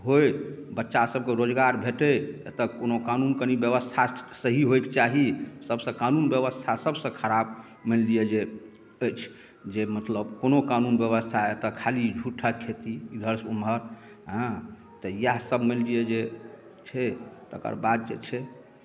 होइ बच्चा सभके रोजगार भेटै एतौ कोनो कानून कनि व्यवस्था सही होइके चाही सभ से कानून व्यवस्था सभ से खराब मानि लिअ जे अछि जे मतलब कोनो कानून व्यवस्था एतौ खाली झूठक खेती एम्हर से ओम्हर एँ तऽ यहै सभ मानि लिअ जे छै तेकर बाद जे छै